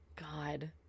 God